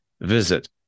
Visit